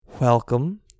Welcome